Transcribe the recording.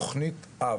תוכנית אב,